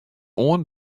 oan